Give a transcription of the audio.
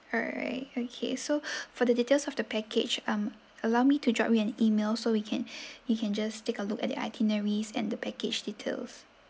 alright okay so for the details of the package um allow me to drop you an email so we can you can just take a look at the itineraries and the package details